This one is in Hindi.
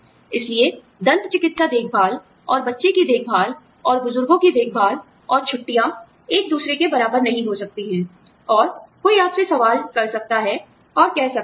इसलिए दंत चिकित्सा देखभाल और बच्चे की देखभाल और बुजुर्गों की देखभाल और छुट्टियाँ एक दूसरे के बराबर नहीं हो सकती हैं और कोई आपसे सवाल कर सकता है और कह सकता है